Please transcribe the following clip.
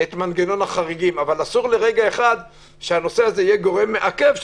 את מנגנון החריגים אבל אסור שהנושא יהיה גורם מעכב,